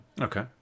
Okay